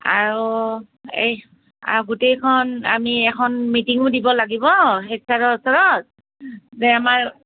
আৰু এই গোটেইখন আমি এখন মিটিঙো দিব লাগিব হেড চাৰৰ ওচৰত যে আমাৰ